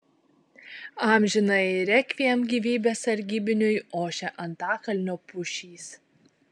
amžinąjį rekviem gyvybės sargybiniui ošia antakalnio pušys